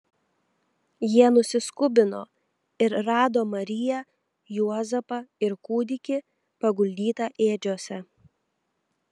jie nusiskubino ir rado mariją juozapą ir kūdikį paguldytą ėdžiose